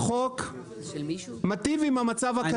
החוק מיטיב עם המצב הקיים.